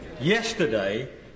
Yesterday